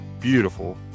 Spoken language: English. beautiful